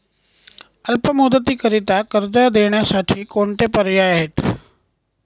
अल्प मुदतीकरीता कर्ज देण्यासाठी कोणते पर्याय आहेत?